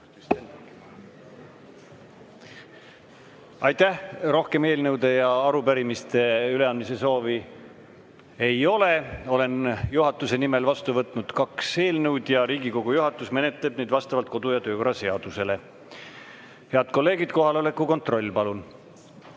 Aitäh! Rohkem eelnõude ja arupärimiste üleandmise soovi ei ole. Olen juhatuse nimel vastu võtnud kaks eelnõu ja Riigikogu juhatus menetleb neid vastavalt kodu‑ ja töökorra seadusele. Head kolleegid, kohaloleku kontroll, palun!